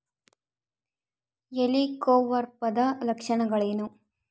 ಹೆಲಿಕೋವರ್ಪದ ಲಕ್ಷಣಗಳೇನು?